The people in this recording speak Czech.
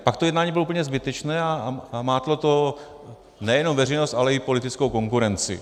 Pak to jednání bylo úplně zbytečné a mátlo to nejenom veřejnost, ale i politickou konkurenci.